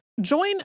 Join